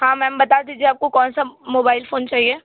हाँ मैम बता दीजिए आपको कौन सा मोबाइल फ़ोन चाहिए